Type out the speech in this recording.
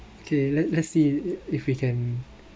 okay let let's see if we can